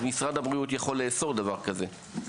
אז משרד הבריאות יכול לאסור דבר כזה.